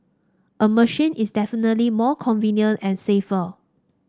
a machine is definitely more convenient and safer